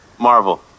Marvel